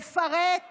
לפרק